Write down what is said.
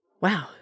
Wow